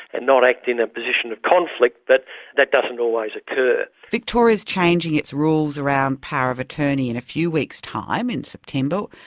and not act in a position of conflict, but that doesn't always occur. victoria is changing its rules around power of attorney in a few weeks' time, in september.